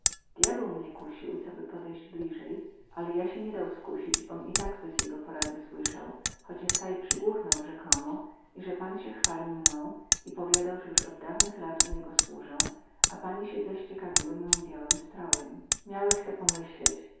djabeł mie kusił coby podejść blizy ale ja sie nie dał skusić bom i tak bez jego porady słysał choć ech ta i przygłuchnął wrzekomo ize pan sie chwalił mną i powiadał ze juz od dawnych lat u niego słuzę a panie sie zaś ciekawiły moim białym strojem miałech se pomyśleć